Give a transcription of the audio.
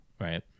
Right